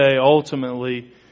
ultimately